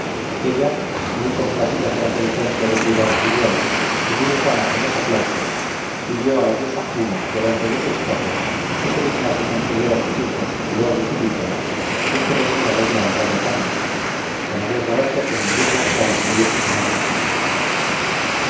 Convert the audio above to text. ella muy complacida por aquel ejemplo de piedad filial y muy ufana con los aplausos pidió a la diosa juno delante de su estatua que se dignase conceder a sus hijos cleobis y biton en premio de haberla honrado tanto la mayor gracia que ningún mortal hubiese jamás recibido